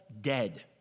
dead